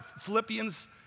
Philippians